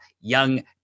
young